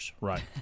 right